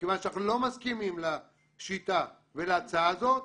מכיוון שאנחנו לא מסכימים לשיטה ולהצעה הזו,